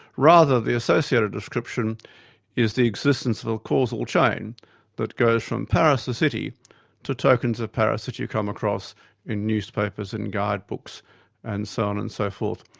rather the associated description is the existence of a causal chain that goes from paris the city to tokens of paris that you come across in newspapers, in guidebooks and so on and so forth.